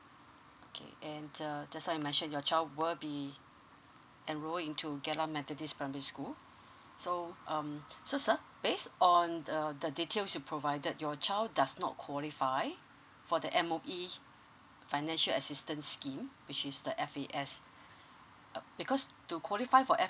okay and the just now I mentioned your child will be enrolled in to geylang methodist primary school so um so sir based on the the details you provided your child does not qualify for the M_O_E financial assistance scheme which is the F_A_S uh because to qualify for